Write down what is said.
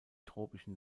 tropischen